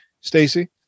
Stacey